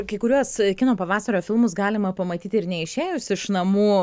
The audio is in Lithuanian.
kai kuriuos kino pavasario filmus galima pamatyti ir neišėjus iš namų